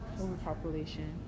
Overpopulation